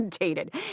dated